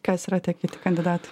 kas yra tie kiti kandidatai